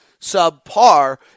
subpar